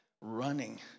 Running